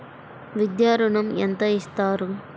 విద్యా ఋణం ఎంత ఇస్తారు?